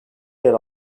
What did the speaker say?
yer